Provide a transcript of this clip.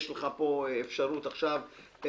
יש לך אפשרות עכשיו לחסום.